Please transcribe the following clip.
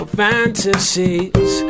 fantasies